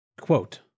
Quote